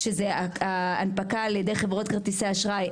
כשזה הנפקה על ידי חברות כרטיסי אשראי,